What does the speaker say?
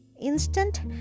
instant